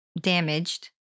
damaged